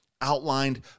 outlined